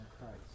Christ